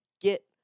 get